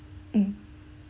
mm